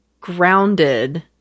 grounded